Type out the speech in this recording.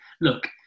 look